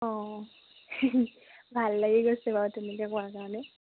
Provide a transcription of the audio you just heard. অ ভাল লাগি গৈছে বাৰু তেনেকৈ কোৱাৰ কাৰণে